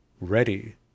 ready